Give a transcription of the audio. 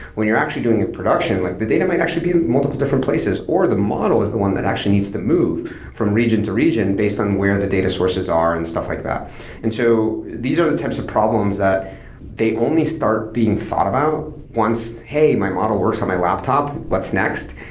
when you're actually doing in production, like the data actually be in multiple different places, or the model is the one that actually needs to move from region to region based on where the data sources are and stuff like that and so these are the types of problems that they only start being thought about once, hey, my model works on my laptop. what's next?